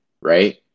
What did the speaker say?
right